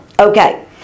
Okay